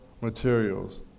materials